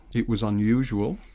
it was unusual,